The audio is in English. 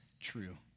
true